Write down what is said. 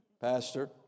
Pastor